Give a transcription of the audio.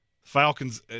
Falcons